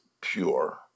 pure